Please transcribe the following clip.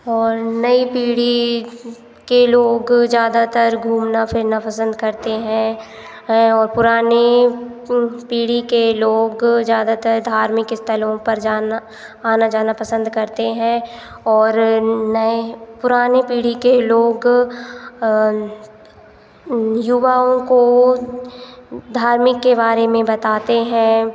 और नई पीढ़ी के लोग ज़्यादातर घूमना फिरना पसंद करते हैं और पुरानी पीढ़ी के लोग ज़्यादातर धार्मिक स्थलों पर जाना आना जाना पसंद करते हैं और नए पुरानी पीढ़ी के लोग युवाओं को धार्मिक के बारे में बताते हैं